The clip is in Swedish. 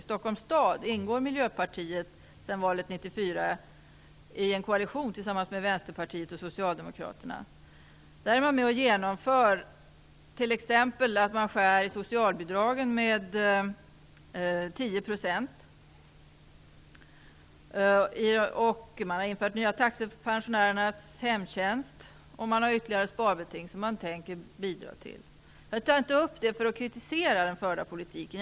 1994 i en koalition tillsammans med Vänsterpartiet och Socialdemokraterna. Där är man t.ex. med och skär i socialbidragen med 10 %. Man har infört nya taxor för pensionärernas hemtjänst, och man har ytterligare sparbeting som man tänker bidra till. Jag tar inte upp detta för att kritisera den förda politiken.